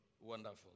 Wonderful